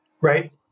right